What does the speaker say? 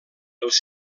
els